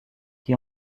qui